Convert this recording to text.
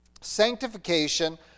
Sanctification